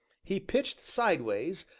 he pitched sideways,